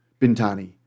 Bintani